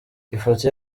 ifoto